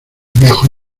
viejo